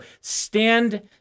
stand